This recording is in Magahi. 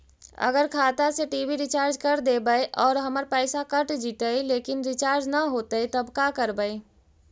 अगर खाता से टी.वी रिचार्ज कर देबै और हमर पैसा कट जितै लेकिन रिचार्ज न होतै तब का करबइ?